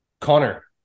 Connor